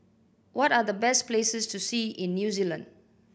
what are the best places to see in New Zealand